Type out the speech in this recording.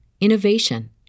innovation